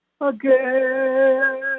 Again